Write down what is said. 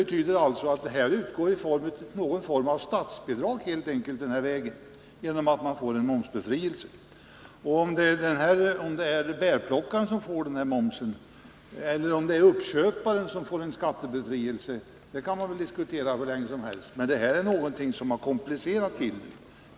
Denna momsbefrielse är alltså en form av statsbidrag. Om det sedan är bärplockaren som får momsbefrielsen eller om det är uppköparen som får en skattebefrielse kan man diskutera hur länge som helst. Det här är någonting som har komplicerat frågan.